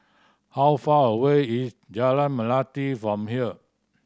how far away is Jalan Melati from here